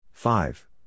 Five